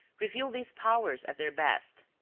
reveal these powers at their best.